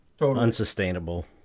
unsustainable